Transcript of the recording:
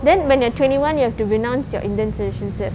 then when you're twenty one you have to renounce your indian citizenship